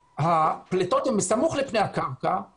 הפליטות הן בסמוך לפני הקרקע,